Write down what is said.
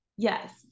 Yes